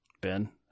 Ben